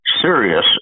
serious